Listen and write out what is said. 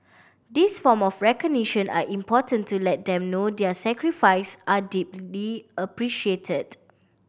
these form of recognition are important to let them know their sacrifice are deeply appreciated